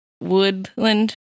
Woodland